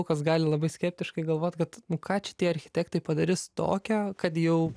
daug kas gali labai skeptiškai galvot kad nu ką čia tie architektai padarys tokio kad jau